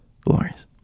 glorious